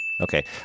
Okay